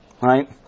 right